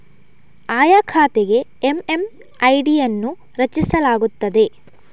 ಆಯಾ ಖಾತೆಗೆ ಎಮ್.ಎಮ್.ಐ.ಡಿ ಅನ್ನು ರಚಿಸಲಾಗುತ್ತದೆ